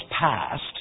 passed